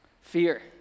Fear